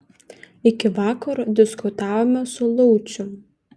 iki vakaro diskutavome su laucium